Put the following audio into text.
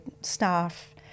staff